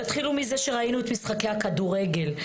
תתחילו מזה שראינו את משחקי הכדורגל,